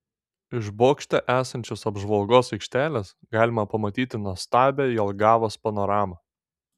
iš bokšte esančios apžvalgos aikštelės galima pamatyti nuostabią jelgavos panoramą